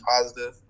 positive